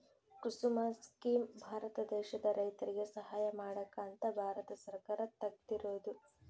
ಕುಸುಮ scheme Bharat ದೇಶದ ರೈತರಿಗೆ ಸಹಾಯ ಮಾಡಕ ಅಂತ ಭಾರತ ಸರ್ಕಾರ ತೆಗ್ದಿರೊದು